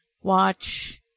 watch